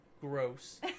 Gross